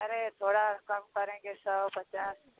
अरे थोड़ा कम करेंगे सौ पचास